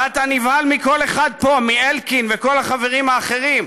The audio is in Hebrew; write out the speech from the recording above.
ואתה נבהל מכל אחד פה, מאלקין וכל החברים האחרים.